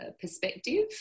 perspective